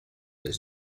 his